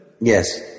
Yes